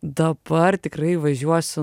dabar tikrai važiuosiu